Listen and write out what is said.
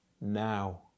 now